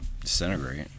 disintegrate